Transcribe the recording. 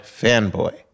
fanboy